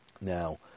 Now